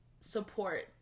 support